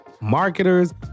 marketers